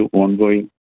ongoing